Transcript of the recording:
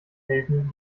helfen